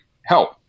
Help